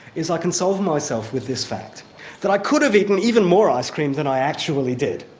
is i console myself with this fact that i could have eaten even more ice cream than i actually did,